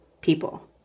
people